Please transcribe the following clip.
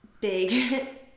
big